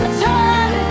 turn